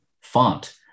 font